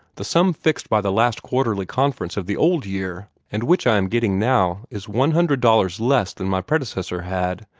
the sum fixed by the last quarterly conference of the old year, and which i am getting now, is one hundred dollars less than my predecessor had.